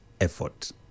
effort